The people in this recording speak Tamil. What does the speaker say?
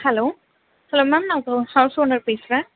ஹலோ சொல்லுங்கள் மேம் நான் ஹவுஸ் ஓனர் பேசுகிறேன்